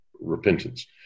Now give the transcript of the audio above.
repentance